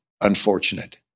unfortunate